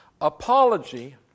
Apology